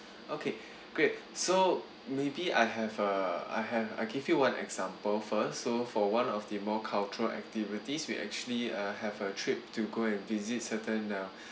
okay great so maybe I have a I have I give you one example first so for one of the more cultural activities we actually uh have a trip to go and visit certain uh